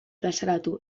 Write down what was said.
plazaratu